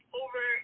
over